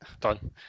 Done